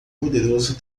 poderoso